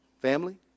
Family